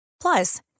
Plus